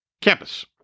campus